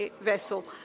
vessel